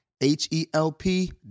H-E-L-P